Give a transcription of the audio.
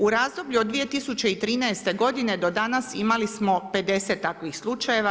U razdoblju od 2013. godine do danas imali smo 50 takvih slučajeva.